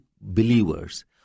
believers